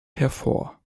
hervor